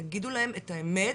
תגידו להם את האמת,